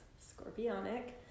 scorpionic